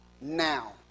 Now